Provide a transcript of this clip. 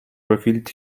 revealed